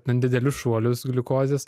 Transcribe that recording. ten didelius šuolius gliukozės